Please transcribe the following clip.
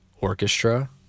orchestra